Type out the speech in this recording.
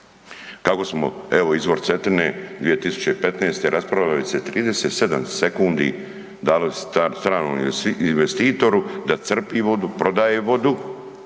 kako smo, evo, izvor Cetine 2015. raspravljali se 37 sekundi davali stranom investitoru, da crpi vodu, prodaje vodu